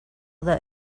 that